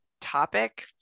topic